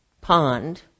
pond